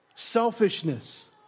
Selfishness